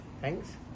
Thanks